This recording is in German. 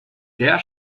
der